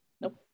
Nope